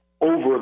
over